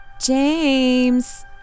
James